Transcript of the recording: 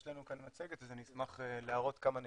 יש לנו מצגת ואשמח להראות כמה נקודות.